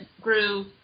grew